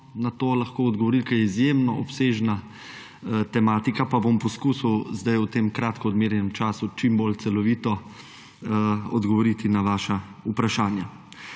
na to odgovoril, ker je izjemno obsežna tematika, pa bom poskusil zdaj v tem kratko odmerjenem času čim bolj celovito odgovoriti na vaša vprašanja.